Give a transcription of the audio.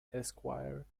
esquire